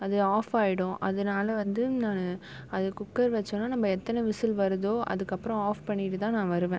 அது ஆஃப் ஆகிடும் அதனால் வந்து நான் அது குக்கர் வச்சவொன்னே நம்ம எத்தனை விசில் வருதோ அதுக்கப்புறம் ஆஃப் பண்ணிவிட்டு தான் நான் வருவேன்